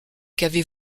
qu’avez